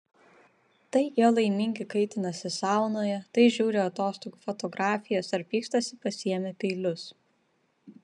tai jie laimingi kaitinasi saunoje tai žiūri atostogų fotografijas ar pykstasi pasiėmę peilius